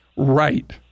Right